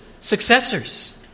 successors